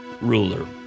ruler